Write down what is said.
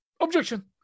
Objection